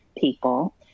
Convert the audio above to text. people